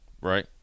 right